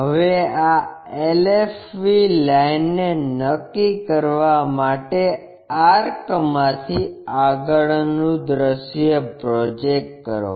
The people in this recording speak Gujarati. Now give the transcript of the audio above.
હવે આ LFV લાઇનને નક્કી કરવા માટે આર્ક માંથી આગળનું દૃશ્ય પ્રોજેક્ટ કરો